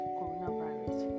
coronavirus